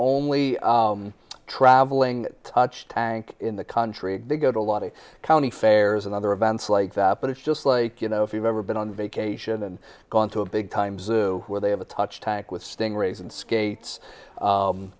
only traveling touch tank in the country to go to a lot of county fairs and other events like that but it's just like you know if you've ever been on vacation and gone to a big time zoo where they have a touch tank with sting rays and skates